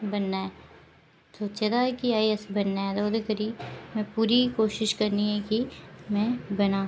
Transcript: बनना ऐ सोचेदा ऐ के आई एस बनना ऐ ओह्दे करी में पूरी कोशिश करनी ऐ कि में बनां